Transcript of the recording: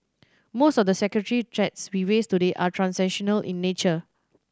most of the security threats we face today are transnational in nature